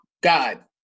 God